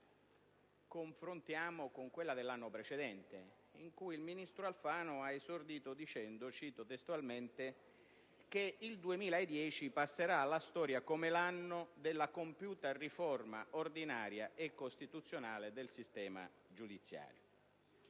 confrontiamo con quella dell'anno precedente, in cui il ministro Alfano aveva esordito dicendo (cito testualmente) che «il 2010 passerà alla storia come l'anno della compiuta riforma ordinaria e costituzionale del sistema giudiziario».